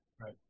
Right